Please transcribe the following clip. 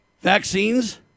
vaccines